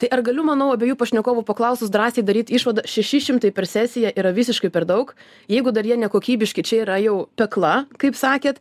tai ar galiu manau abiejų pašnekovų paklausus drąsiai daryt išvadą šeši šimtai per sesiją yra visiškai per daug jeigu dar jie nekokybiški čia yra jau pekla kaip sakėt